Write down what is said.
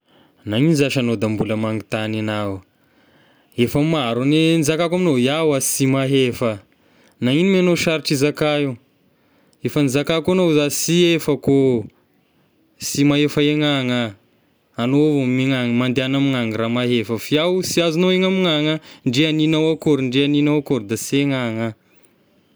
Nagnino zashy agnao da mbola manontany anahy ao? Efa maro ny nizakako agnao iahy hoa sy mahefa, nagnino ma agnao sarotra izaka io, efa nizakako agnao za sy efako ôh, sy mahefa igny agny ah, agnao avao megna- mandehagna amign'ny agny raha mahefa, fa iaho sy azognao haigna amign'ny agny ah, ndre hagninao akôry, ndre hagninao akôry, da sy haigna agny ah.